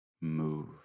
move